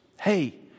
Hey